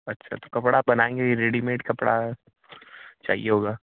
अच्छा तो कपड़ा बनाएँगे रेडिमेट कपड़ा चाहिए होगा